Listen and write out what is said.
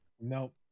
nope